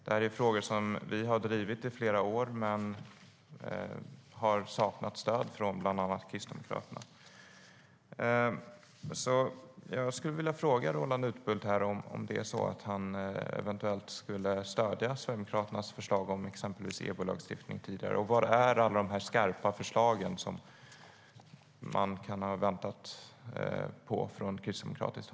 Det här är frågor som vi har drivit i flera år, men vi har saknat stöd för dem från bland annat Kristdemokraterna.